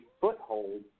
foothold